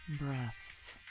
breaths